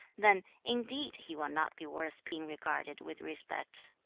then indeed he will not be worth being regarded with respect